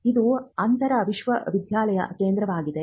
ಇದು ಅಂತರ ವಿಶ್ವವಿದ್ಯಾಲಯ ಕೇಂದ್ರವಾಗಿದೆ